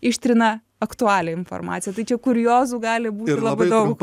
ištrina aktualią informaciją tai čia kuriozų gali būti labai daug